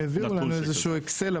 הם הביאו לנו איזה שהוא אקסל,